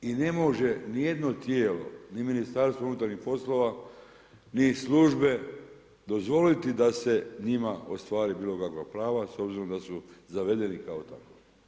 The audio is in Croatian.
I ne može ni jedno tijelo ni Ministarstvo unutarnjih poslova, ni službe dozvoliti da se njima ostvari bilo kakva prava s obzirom da su zavedeni kao takovi.